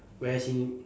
whereas in